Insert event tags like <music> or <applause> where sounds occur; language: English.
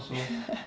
<laughs>